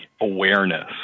awareness